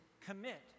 commit